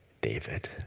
David